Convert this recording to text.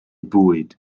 bwyd